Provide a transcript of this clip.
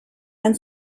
and